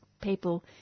people